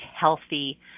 healthy